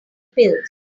pills